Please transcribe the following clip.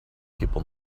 people